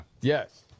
Yes